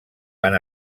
van